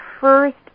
first